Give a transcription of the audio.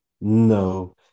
No